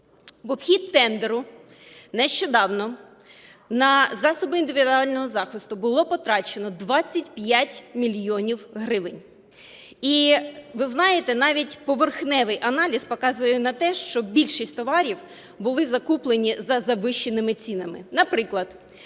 В обхід тендеру нещодавно на засоби індивідуального захисту було потрачено 25 мільйонів гривень. І, ви знаєте, навіть поверхневий аналіз показує на те, що більшість товарів були закуплені за завищеними цінами. Наприклад,